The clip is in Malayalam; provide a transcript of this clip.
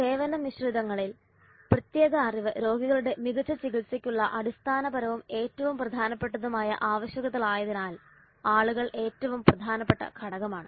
സേവന മിശ്രിതങ്ങളിൽ പ്രത്യേക അറിവ് രോഗികളുടെ മികച്ച ചികിത്സയ്ക്കുള്ള അടിസ്ഥാനപരവും ഏറ്റവും പ്രധാനപ്പെട്ടതുമായ ആവശ്യകതകളായതിനാൽ ആളുകൾ ഏറ്റവും പ്രധാനപ്പെട്ട ഘടകമാണ്